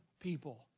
people